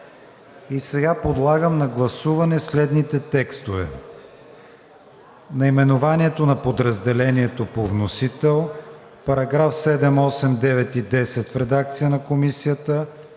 Сега подлагам на гласуване следните текстове